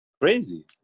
Crazy